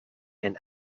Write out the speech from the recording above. and